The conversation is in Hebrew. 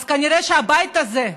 אז כנראה שהבית הזה,